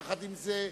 יחד עם זה,